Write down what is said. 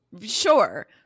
Sure